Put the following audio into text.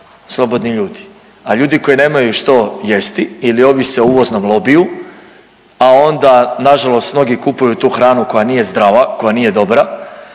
slobodni ljudi. A ljudi koji nemaju što jesti ili ovise o uvoznom lobiju, a onda nažalost mnogi kupuju tu hranu koja nije zdrava, koja nije dobra,